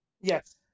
yes